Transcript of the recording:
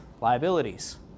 liabilities